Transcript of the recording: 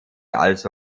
also